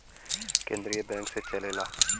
केन्द्रीय बैंक से चलेला